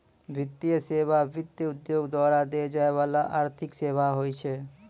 वित्तीय सेवा, वित्त उद्योग द्वारा दै जाय बाला आर्थिक सेबा होय छै